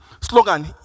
slogan